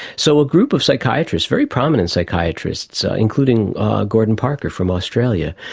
so a group of psychiatrists, very prominent psychiatrists, including gordon parker from australia,